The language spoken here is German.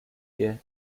der